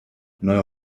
neuer